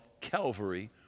Calvary